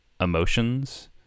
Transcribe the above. emotions